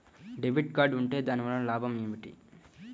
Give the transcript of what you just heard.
Debit card ఉంటే దాని వలన లాభం ఏమిటీ?